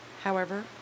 However